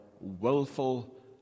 willful